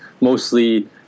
Mostly